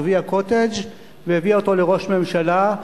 גביע "קוטג'" והביאה אותו לראש ממשלה.